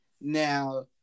now